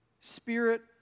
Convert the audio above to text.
Spirit